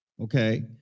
Okay